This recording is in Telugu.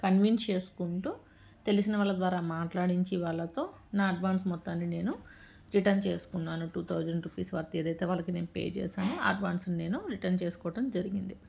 కన్విన్స్ చేసుకుంటూ తెలిసిన వాళ్ళ ద్వారా మాట్లాడించి వాళ్ళతో నా అడ్వాన్స్ మొత్తాన్ని నేను రిటర్న్ చేసుకున్నాను టూ థౌజండ్ రూపీస్ వర్తి ఏదైతే వాళ్ళకి నేను పే చేశాను అడ్వాన్స్ని నేను రిటర్న్ చేసుకోవడం జరిగింది